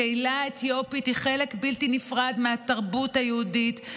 הקהילה האתיופית היא חלק בלתי נפרד מהתרבות היהודית,